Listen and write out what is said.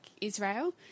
Israel